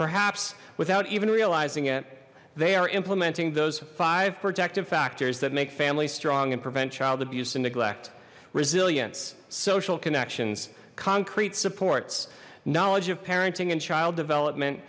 perhaps without even realizing it they are implementing those five protective factors that make families strong and prevent child abuse and neglect resilience social connections concrete supports knowledge of parenting and child development